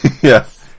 Yes